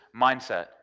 mindset